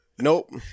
Nope